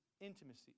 intimacy